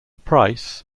price